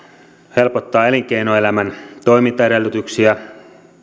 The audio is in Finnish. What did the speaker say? helpottaa elinkeinoelämän toimintaedellytyksiä